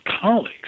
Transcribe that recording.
colleagues